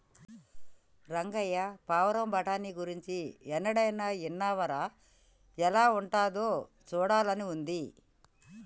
రంగయ్య పావురం బఠానీ గురించి ఎన్నడైనా ఇన్నావా రా ఎలా ఉంటాదో సూడాలని ఉంది